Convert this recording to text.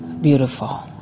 beautiful